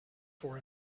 for